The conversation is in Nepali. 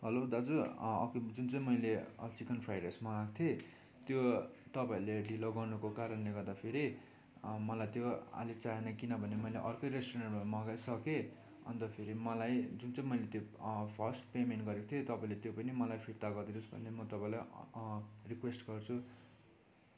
हेलो दाजु अँ जुन चाहिँ मैले चिकन फ्राई राइस मगाएको थिएँ त्यो तपाईँहरूले ढिलो गर्नुको कारणले गर्दा फेरि अँ मलाई त्यो अहिले चाहिएन किनभने मैले अर्कै रेस्टुरेन्टबाट मगाइसकेँ अन्तखेरि मलाई जुन चाहिँ मैले त्यो अँ फर्स्ट पेमेन्ट गरेको थिएँ तपाईँले त्यो पनि मलाई फिर्ता गरिदिनुहोस् भन्ने म तपाईँलाई अँ अँ रिक्वेस्ट गर्छु